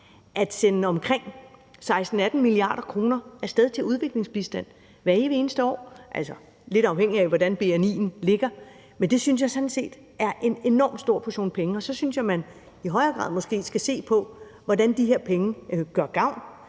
at sende omkring 16-18 mia. kr. af sted til udviklingsbistand hvert evig eneste år, altså lidt afhængigt af hvordan bni'en ligger, og det synes jeg faktisk er en enormt stor portion penge, og så synes jeg, at man måske i højere grad skal se på, hvordan de her penge gør gavn,